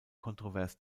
kontrovers